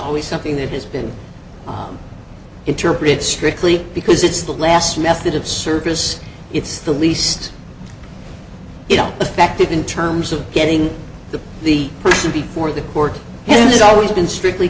always something that has been interpreted strictly because it's the last method of service it's the least you know effective in terms of getting to the person before the court and has always been strictly